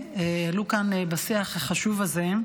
העלו כאן בשיח החשוב הזה,